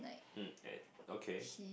mm at okay